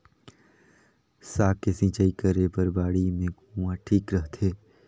साग के सिंचाई करे बर बाड़ी मे कुआँ ठीक रहथे?